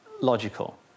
logical